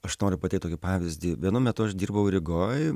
aš noriu pateikt tokį pavyzdį vienu metu aš dirbau rygoj